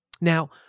Now